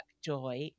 joy